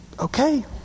Okay